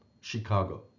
Chicago